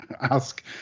ask